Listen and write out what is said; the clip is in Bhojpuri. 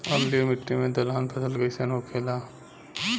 अम्लीय मिट्टी मे दलहन फसल कइसन होखेला?